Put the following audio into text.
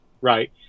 right